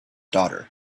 daughter